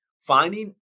finding